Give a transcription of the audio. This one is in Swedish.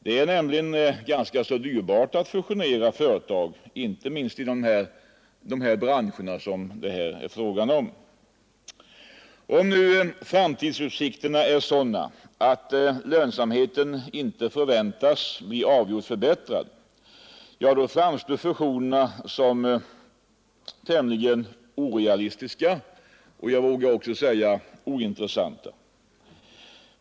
Det är nämligen ganska dyrbart att fusionera företag, inte minst inom de branscher det här är fråga om. Om nu framtidsutsikterna är sådana att lönsamheten inte förväntas bli avgjort förbättrad, framstår fusionerna som tämligen orealistiska och, vågar jag också säga, ointressanta.